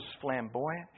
flamboyant